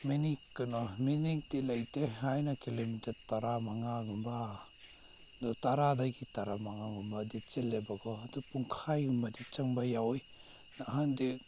minute ꯀꯩꯅꯣ ꯃꯤꯅꯤꯠꯇꯤ ꯂꯩꯇꯦ ꯑꯩꯅ ꯀꯤꯂꯣꯃꯤꯇꯔ ꯇꯔꯥꯃꯉꯥꯒꯨꯝꯕ ꯑꯗꯣ ꯇꯔꯥꯗꯒꯤ ꯇꯔꯥꯃꯉꯥꯒꯨꯝꯕꯗꯤ ꯆꯦꯜꯂꯦꯕꯀꯣ ꯑꯗꯣ ꯄꯨꯡꯈꯥꯏꯒꯨꯝꯕꯗꯤ ꯆꯪꯕ ꯌꯥꯎꯏ ꯑꯍꯟꯗꯤ